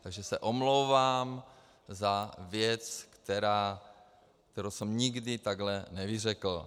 Takže se omlouvám za věc, kterou jsem nikdy takhle nevyřkl.